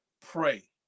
pray